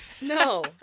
no